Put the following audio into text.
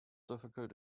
difficult